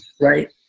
right